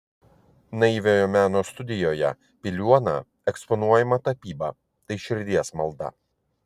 naiviojo meno studijoje piliuona eksponuojama tapyba tai širdies malda